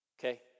okay